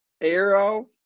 Arrow